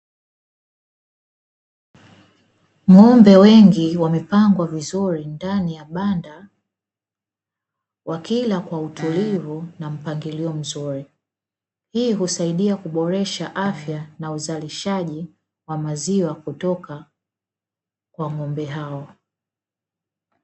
Ng'ombe wengi wamepangwa vizuri ndani ya banda wakila kwa utulivu na mpangilio mzuri, hii husaidia kuboresha afya na uzalishaji wa maziwa kutoka kwa ng'ombe hao.